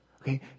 Okay